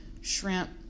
shrimp